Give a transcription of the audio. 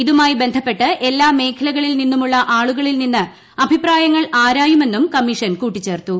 ഇതുമായി ബന്ധപ്പെട്ട് എല്ലാ മേഖലകളിൽ നിന്നുമുള്ള ആളുകളിൽ നിന്ന് അഭിപ്രായങ്ങൾ ആരായുമെന്നും കമ്മീഷൻ കൂട്ടിച്ചേർത്തു